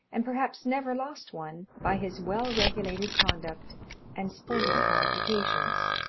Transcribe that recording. and perhaps never lost one, by his well-regulated conduct and sporting qualifications.